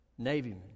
navymen